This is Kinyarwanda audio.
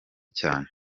cyane